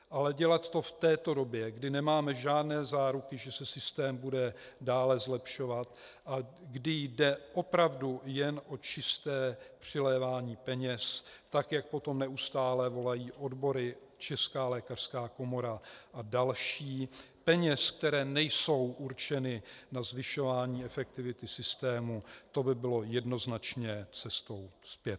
Ale dělat to v této době, kdy nemáme žádné záruky, že se systém bude dále zlepšovat, kdy jde opravdu jen o čisté přilévání peněz, jak po tom neustále volají odbory, Česká lékařská komora a další, peněz, které nejsou určeny na zvyšování efektivity systému, to by bylo jednoznačně cestou zpět.